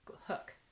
hook